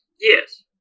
Yes